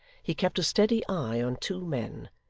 he kept a steady eye on two men,